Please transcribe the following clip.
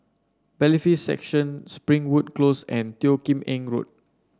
Bailiffs' Section Springwood Close and Teo Kim Eng Road